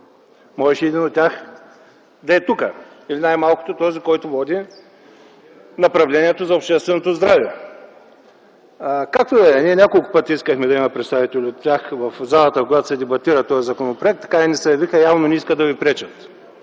Можеше един от тях да е тук или най-малкото този, който води направлението за общественото здраве. Както и да е, ние няколко пъти искахме да има техни представители в залата, когато се дебатира този законопроект. Така и не се явиха. Явно не искат да ви пречат,